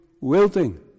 wilting